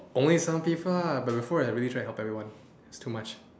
only some people ah but before I really tried to help everyone it's too much